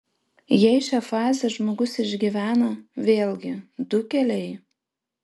jei šią fazę žmogus išgyvena vėlgi du keliai